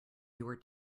your